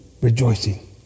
rejoicing